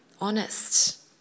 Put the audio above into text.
honest